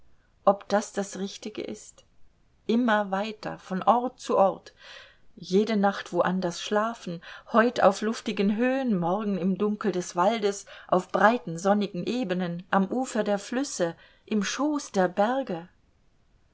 ob das das richtige ist immer weiter von ort zu ort jede nacht wo anders schlafen heut auf luftigen höhen morgen im dunkel des waldes auf breiten sonnigen ebenen am ufer der flüsse im schoß der berge